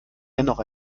dennoch